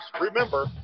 remember